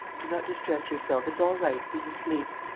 do not distress yourself. it's all right he's asleep.